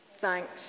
Thanks